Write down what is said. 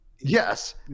Yes